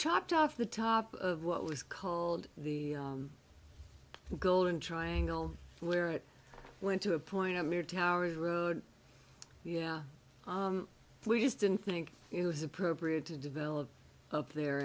chopped off the top of what was called the golden triangle where it went to a point of near towers road yeah we just didn't think it was appropriate to develop up there